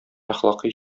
әхлакый